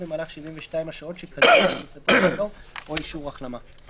במהלך 72 השעות שקדמו לכניסתו לאזור או אישור החלמה.